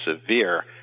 severe